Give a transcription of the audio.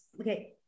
Okay